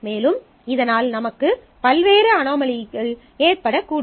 மேலும் இதனால் நமக்கு பல்வேறு அனோமலிகள் ஏற்படக்கூடும்